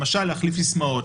למשל להחליף סיסמאות,